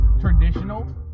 traditional